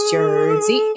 Jersey